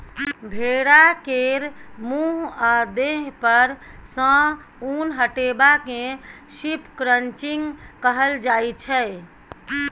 भेड़ा केर मुँह आ देह पर सँ उन हटेबा केँ शिप क्रंचिंग कहल जाइ छै